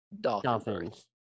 dolphins